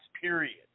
period